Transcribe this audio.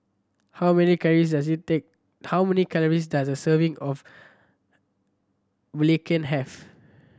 how many calories does it take how many calories does a serving of belacan have